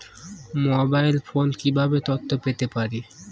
Mobile ফোনে কিভাবে তথ্য পেতে পারি?